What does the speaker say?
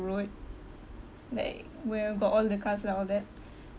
road like where got all the cars lah all that